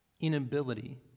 inability